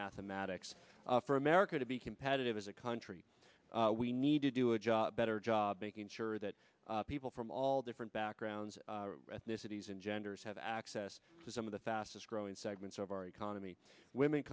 mathematics for america to be competitive as a country we need to do a job better job making sure that people from all different backgrounds ethnicities and genders have access to some of the fastest growing segments of our economy women